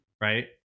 right